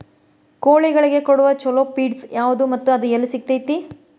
ಕೋಳಿಗಳಿಗೆ ಕೊಡುವ ಛಲೋ ಪಿಡ್ಸ್ ಯಾವದ ಮತ್ತ ಅದ ಎಲ್ಲಿ ಸಿಗತೇತಿ?